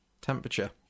temperature